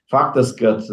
faktas kad